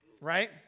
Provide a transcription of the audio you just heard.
Right